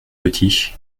petit